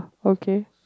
okay